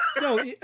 no